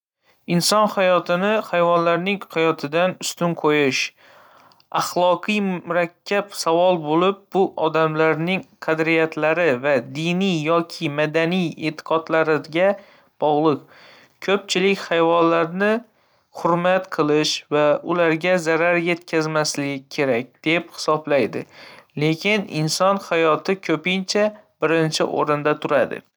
Inson hayotini hayvonlarning hayotidan ustun qo‘yish axloqi murakkab savol bo‘lib, bu odamlarning qadriyatlari va diniy yoki madaniy e'tiqodlariga bog‘liq. Ko‘pchilik hayvonlarni hurmat qilish va ularga zarar yetkazmaslik kerak deb hisoblaydi, lekin inson hayoti ko‘pincha birinchi o‘rinda turadi.